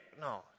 no